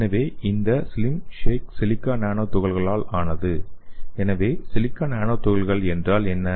எனவே இந்த ஸ்லிம் ஷேக் சிலிக்கா நானோ துகள்களால் ஆனது எனவே சிலிக்கா நானோ துகள்கள் என்றால் என்ன